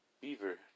Beaver